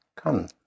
kann